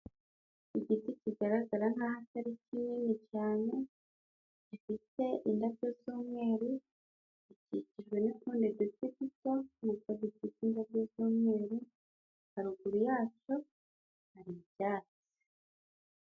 Igiti kigaragara nk'aho atari kinini cyane gifite indabyo z'umweru. zikikijwe n'utundi duti duto natwo dufite indabyo z'umweru. haruguru yacyo hari ibyatsi.